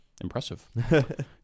impressive